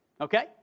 Okay